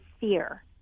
fear